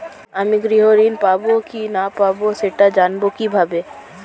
আমি গৃহ ঋণ পাবো কি পাবো না সেটা জানবো কিভাবে?